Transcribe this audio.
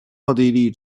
奥地利